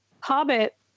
Hobbit